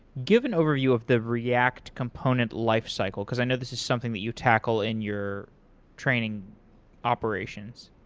give an overview of the react component lifecycle, because i know this is something that you tackle in your training operations.